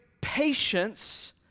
patience